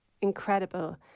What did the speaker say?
incredible